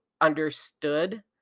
understood